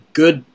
good